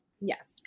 Yes